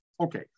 Okay